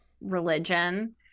religion